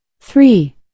Three